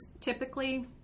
typically